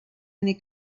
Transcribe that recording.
only